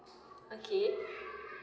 okay